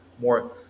more